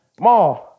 Ma